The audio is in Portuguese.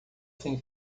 sem